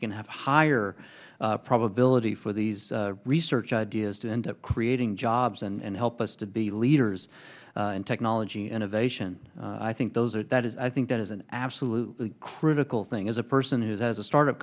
can have higher probability for these research ideas to end up creating jobs and help us to be leaders in technology innovation i think those are that is i think that is an absolutely critical thing is a person who has a startup